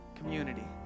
community